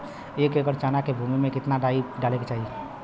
एक एकड़ चना के भूमि में कितना डाई डाले के चाही?